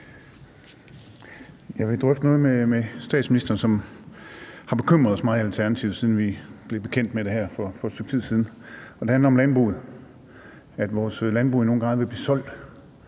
Jeg vil drøfte noget med statsministeren, som har bekymret os meget i Alternativet, siden vi blev bekendt med det her for et stykke tid siden. Det handler om landbruget, nemlig om, at vores landbrug i nogen grad er ved at blive solgt